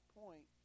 point